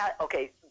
Okay